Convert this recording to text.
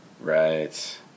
Right